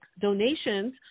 donations